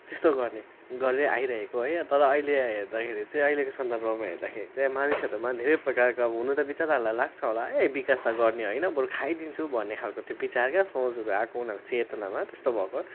त्यस्तो गर्ने गर्दै आइरहेको है तर अहिले हेर्दाखेरि चाहिँ अहिलेको सन्दर्भमा हेर्दाखेरि चाहिँ मानिसहरूमा धेरै प्रकारको हुनु त विचाराहरूलाई लाग्छ होला ए विकास त गर्ने होइन बरु खाइदिन्छु भन्ने खाले त्यो विचार क्या सोचहरू आएको उनीहरूको चेतनामा त्यस्तो भएको